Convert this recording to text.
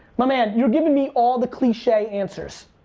my man, you're giving me all the cliche answers.